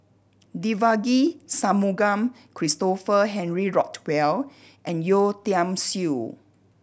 Devagi Sanmugam Christopher Henry Rothwell and Yeo Tiam Siew